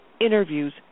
interviews